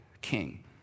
king